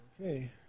Okay